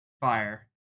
fire